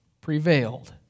prevailed